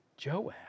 Joab